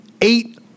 eight